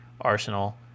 arsenal